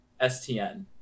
STN